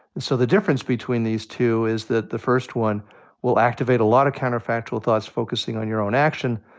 and so the difference between these two is that the first one will activate a lot of counterfactual thoughts focusing on your own action.